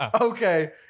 Okay